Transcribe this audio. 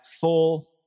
full